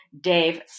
Dave